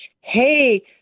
hey